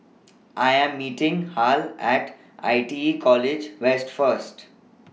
I Am meeting Hal At I T E College West First